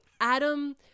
Adam